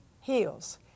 heals